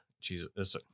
jesus